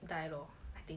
die loh I think